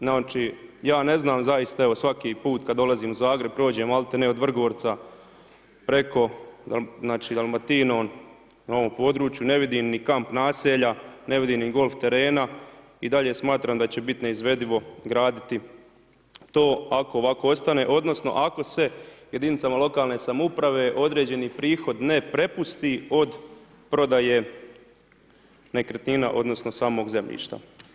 Znači, ja ne znam zaista evo svaki put kada dolazim u Zagreb prođem od Vrgorca, Dalmatinom na ovom području, ne vidim ni kamp naselja, ne vidim ni golf terena i dalje smatram da će biti neizvedivo graditi to ako ovako ostane odnosno ako se jedinicama lokalne samouprave određeni prihod ne prepusti od prodaje nekretnina odnosno samog zemljišta.